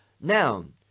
noun